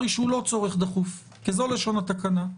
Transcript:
שהוא לא צורך דחוף כי זה לשון התקנה.